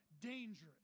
dangerous